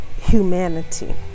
humanity